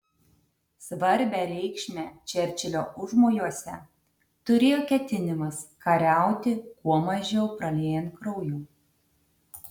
svarbią reikšmę čerčilio užmojuose turėjo ketinimas kariauti kuo mažiau praliejant kraujo